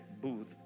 booth